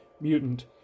mutant